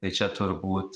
tai čia turbūt